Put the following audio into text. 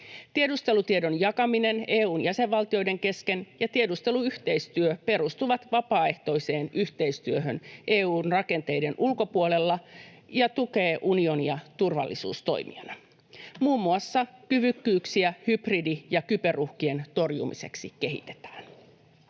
Tiedustelutiedon jakaminen EU:n jäsenvaltioiden kesken ja tiedusteluyhteistyö perustuvat vapaaehtoiseen yhteistyöhön EU:n rakenteiden ulkopuolella ja tukevat unionia turvallisuustoimijana. Muun muassa kyvykkyyksiä hybridi- ja kyberuhkien torjumiseksi kehitetään.